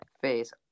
face